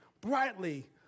brightly